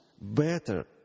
better